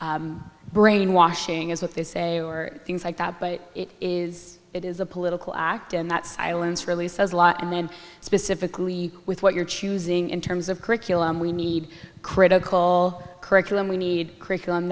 for brainwashing is what they say or things like that but it is it is a political act and that silence really says a lot and then specifically with what you're choosing in terms of curriculum we need critical curriculum we need curriculum